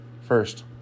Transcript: First